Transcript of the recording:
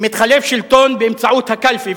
מתחלף שלטון באמצעות הקלפי,